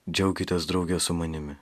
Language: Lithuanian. džiaukitės drauge su manimi